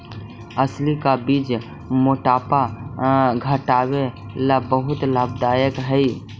अलसी का बीज मोटापा घटावे ला बहुत लाभदायक हई